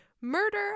murder